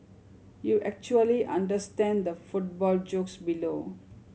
you actually understand the football jokes below